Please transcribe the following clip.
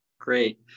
Great